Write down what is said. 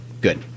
Good